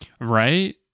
right